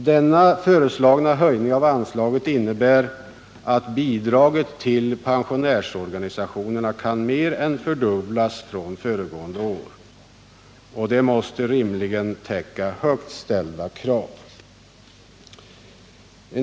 Den föreslagna höjningen av anslaget innebär att bidraget till pensionärsorganisationerna kan mer än fördubblas från föregående år. Det måste rimligen täcka högt ställda krav.